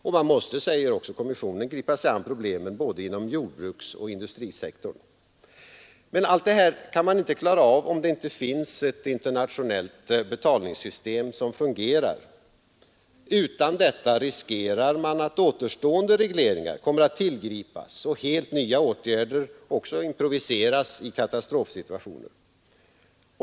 Och man måste, säger också kommissionen, gripa sig an problemen inom både jordbruksoch industrisektorn. Men allt det här kan man inte klara av om det inte finns ett internationellt betalningssystem som fungerar. Utan detta riskerar man att återstående regleringar kommer att tillgripas och också att helt nya åtgärder kommer att improviseras i katastrofsituationer.